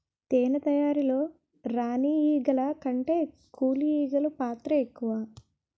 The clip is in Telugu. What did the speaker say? తేనె తయారీలో రాణి ఈగల కంటే కూలి ఈగలు పాత్ర ఎక్కువ